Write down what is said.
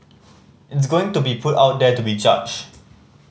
it's going to be put out there to be judged